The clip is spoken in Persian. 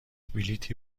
بلیطی